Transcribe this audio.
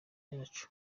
yacu